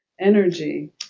energy